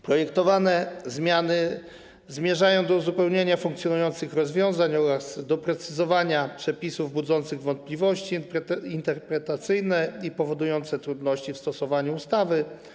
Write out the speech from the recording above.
Projektowane zmiany zmierzają do uzupełnienia funkcjonujących rozwiązań oraz doprecyzowania przepisów budzących wątpliwości interpretacyjne i powodujących trudności w stosowaniu ustawy.